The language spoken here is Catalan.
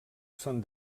són